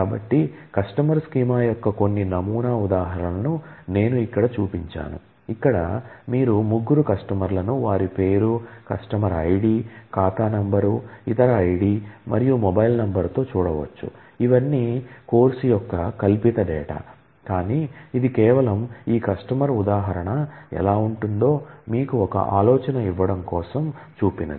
కాబట్టి customer schema యొక్క కొన్ని నమూనా ఉదాహరణలను నేను ఇక్కడ చూపించాను ఇక్కడ మీరు ముగ్గురు కస్టమర్లను వారి పేరు కస్టమర్ ఐడి తో చూడవచ్చు ఇవన్నీ కోర్సు యొక్క కల్పిత డేటా కానీ ఇది కేవలం ఈ కస్టమర్ ఉదాహరణ ఎలా ఉంటుందో మీకు ఒక ఆలోచన ఇవ్వడం కోసం చూపినది